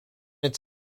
its